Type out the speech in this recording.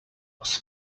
was